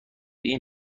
این